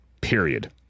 Period